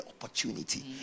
opportunity